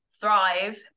thrive